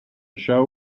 show